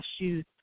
shoes